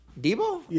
Debo